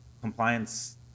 compliance